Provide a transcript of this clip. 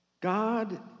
God